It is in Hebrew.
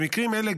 במקרים אלה,